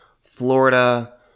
Florida